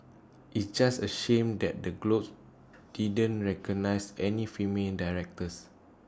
it's just A shame that the Globes didn't recognise any female directors